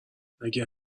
اگه